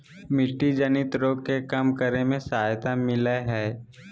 मिट्टी जनित रोग के कम करे में सहायता मिलैय हइ